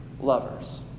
lovers